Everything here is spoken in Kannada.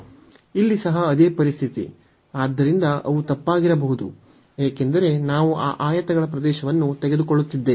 ಇಲ್ಲಿ ಸಹ ಅದೇ ಪರಿಸ್ಥಿತಿ ಆದ್ದರಿಂದ ಅವು ತಪ್ಪಾಗಿರಬಹುದು ಏಕೆಂದರೆ ನಾವು ಈ ಆಯತಗಳ ಪ್ರದೇಶವನ್ನು ತೆಗೆದುಕೊಳ್ಳುತ್ತಿದ್ದೇವೆ